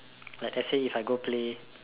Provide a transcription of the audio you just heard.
like let's say if I go play